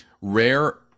rare